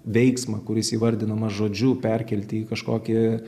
veiksmą kuris įvardinamas žodžiu perkelti į kažkokį